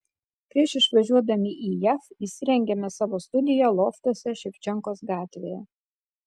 prieš išvažiuodami į jav įsirengėme savo studiją loftuose ševčenkos gatvėje